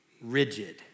rigid